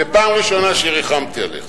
ופעם ראשונה שריחמתי עליך.